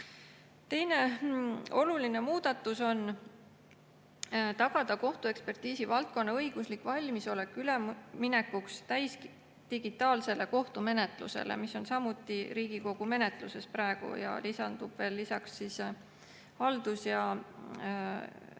Teine oluline muudatus on tagada kohtuekspertiisi valdkonna õiguslik valmisolek üleminekuks täisdigitaalsele kohtumenetlusele, mis on samuti Riigikogu menetluses praegu. Ja lisaks haldus- ja